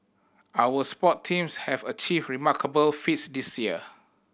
our sport teams have achieved remarkable feats this year